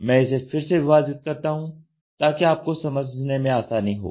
मैं इसे फिर से विभाजित करता हूं ताकि आप को समझने में आसानी हो